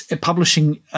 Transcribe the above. publishing